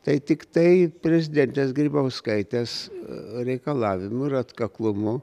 tai tiktai prezidentės grybauskaitės reikalavimu ir atkaklumu